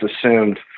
assumed